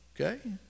Okay